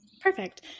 perfect